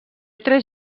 tres